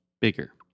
bigger